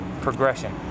progression